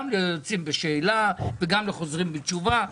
גם ליוצאים בשאלה וגם לחוזרים בתשובה,